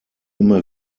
immer